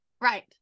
Right